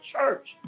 church